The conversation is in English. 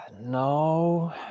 no